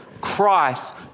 Christ